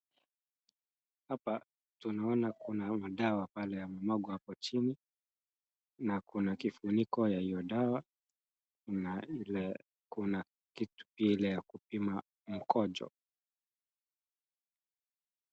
Hapa tunaona kuna madawa pale yamemwagwa hapo chini, na kuna kifuniko ya hio dawa, na ile kuna kitu ile ya kupima mkojo.